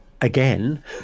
again